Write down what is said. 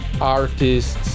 artists